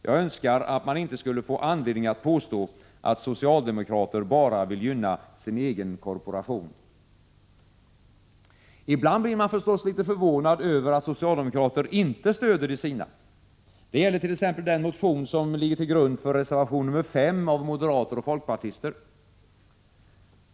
Jag önskar att man inte skulle få anledning att påstå att socialdemokrater bara vill gynna sin egen korporation. Ibland blir man förstås förvånad över att socialdemokrater inte stöder de sina. Det gäller t.ex. den motion som ligger till grund för reservation nr 5 av moderater och folkpartister.